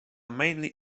mainly